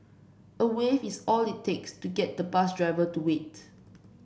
a wave is all it takes to get the bus driver to wait